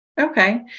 Okay